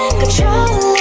control